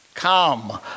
Come